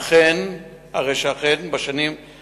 1. האם נכון הדבר?